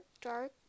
dark